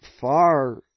far